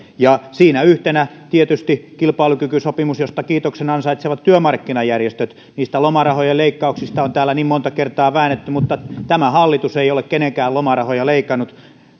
ja siinä yhtenä tietysti kilpailukykysopimus josta kiitoksen ansaitsevat työmarkkinajärjestöt niistä lomarahojen leikkauksista on täällä niin monta kertaa väännetty mutta tämä hallitus ei ole kenenkään lomarahoja leikannut